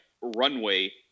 runway